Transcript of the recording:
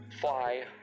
Fly